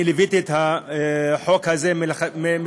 אני ליוויתי את החוק הזה מתחילתו,